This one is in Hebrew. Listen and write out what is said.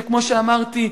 שכמו שאמרתי,